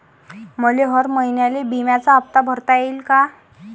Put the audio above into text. मले हर महिन्याले बिम्याचा हप्ता भरता येईन का?